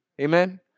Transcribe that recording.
Amen